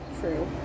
True